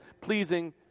pleasing